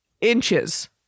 inches